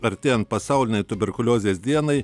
artėjant pasaulinei tuberkuliozės dienai